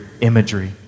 imagery